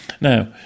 Now